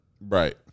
right